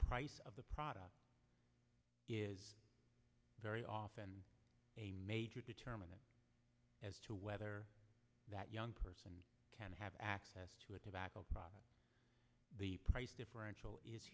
price of the product is very often a major determinant as to whether that young person can have access to a tobacco product the price differential is